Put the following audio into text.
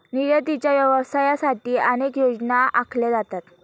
निर्यातीच्या व्यवसायासाठी अनेक योजना आखल्या जातात